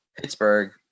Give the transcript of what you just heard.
pittsburgh